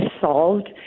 solved